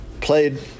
Played